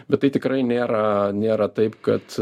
bet tai tikrai nėra nėra taip kad